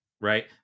right